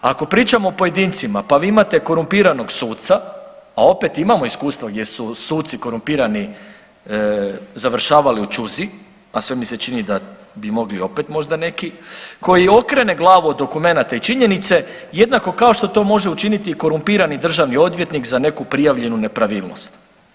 A ako pričamo o pojedincima pa vi imate korumpiranog suca, a opet imamo iskustva gdje su suci korumpirani završavali u ćuzi, a sve mi se čini da bi mogli opet neki, koji okrene glavu od dokumenata i činjenice jednako kao što to može učiniti i korumpirani državni odvjetnik za neku prijavljenu nepravilnost.